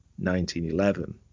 1911